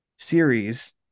series